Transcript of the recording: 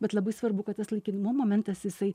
bet labai svarbu kad tas laikinumo momentas jisai